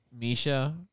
Misha